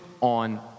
on